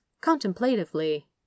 contemplatively